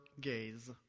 gaze